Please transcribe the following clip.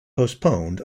postponed